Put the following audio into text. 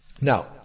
Now